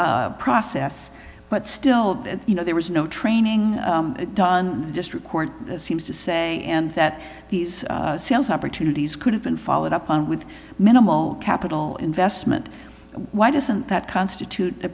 izing process but still you know there was no training done just record seems to say and that these sales opportunities could have been followed up on with minimal capital investment why doesn't that constitute a